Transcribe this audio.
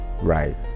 right